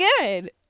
good